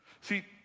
See